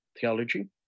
theology